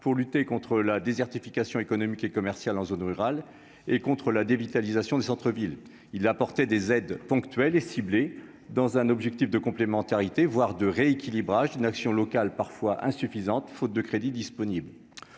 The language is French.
pour lutter contre la désertification économique et commercial en zone rurale et contre la dévitalisation du centre-ville, il a apporté des aides ponctuelles et ciblées dans un objectif de complémentarité, voire de rééquilibrage des une action locales parfois insuffisantes faute de crédits disponibles,